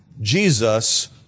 Jesus